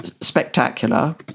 spectacular